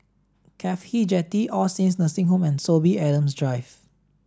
CAFHI Jetty All Saints Nursing Home and Sorby Adams Drive